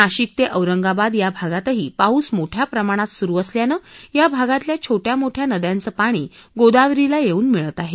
नाशिक ते औरंगाबाद या भागातही पाऊस मोठ्या प्रमाणात सुरु असल्यानं या भागातल्या छोट्या मोठ्या नद्यांचं पाणी ही गोदावरीला येऊन मिळत आहे